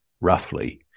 roughly